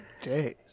days